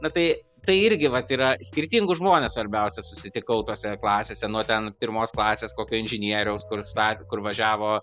na tai tai irgi vat yra skirtingus žmones svarbiausia susitikau tose klasėse nuo ten pirmos klasės kokio inžinieriaus kur sta kur važiavo